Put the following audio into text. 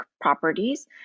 properties